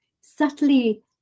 subtly